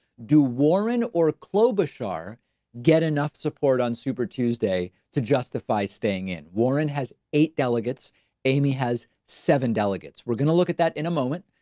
do warren or cobar get enough support on super tuesday to justify staying in? warren has eight delegates amy has seven delegates we're gonna look at that in a moment.